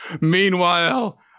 Meanwhile